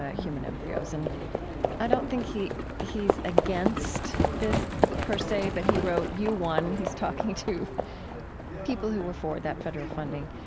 ah human embryos, and i don't think he's against this, per se, but he wrote, you won. he's talking to people who were for that federal funding.